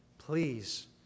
Please